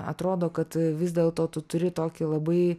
atrodo kad vis dėl to tu turi tokį labai